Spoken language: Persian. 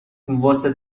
واسه